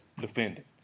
defendant